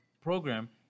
program